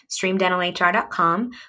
streamdentalhr.com